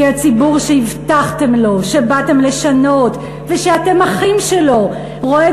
כי הציבור שהבטחתם לו שבאתם לשנות ושאתם אחים שלו רועד